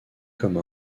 comme